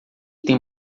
tem